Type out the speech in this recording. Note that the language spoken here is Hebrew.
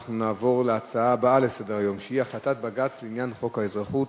אנחנו נעבור להצעות הבאות לסדר-היום: החלטת בג"ץ לעניין חוק האזרחות,